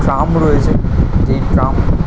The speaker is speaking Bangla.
ট্রাম রয়েছে যে ট্রাম